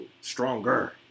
Stronger